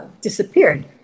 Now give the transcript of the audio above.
disappeared